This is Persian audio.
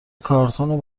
کارتون